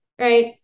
right